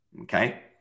Okay